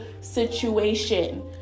situation